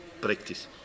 practice